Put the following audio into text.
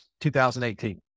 2018